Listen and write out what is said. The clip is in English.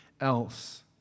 else